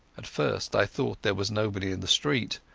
at first i thought there was nobody in the street.